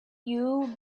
you